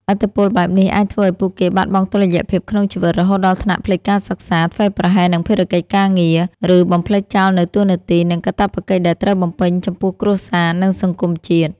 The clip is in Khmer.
ឥទ្ធិពលបែបនេះ អាចធ្វើឱ្យពួកគេបាត់បង់តុល្យភាពក្នុងជីវិត រហូតដល់ថ្នាក់ភ្លេចការសិក្សា ធ្វេសប្រហែសនឹងភារកិច្ចការងារ ឬបំភ្លេចចោលនូវតួនាទី និងកាតព្វកិច្ចដែលត្រូវបំពេញចំពោះគ្រួសារ និងសង្គមជាតិ។